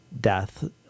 death